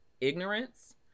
ignorance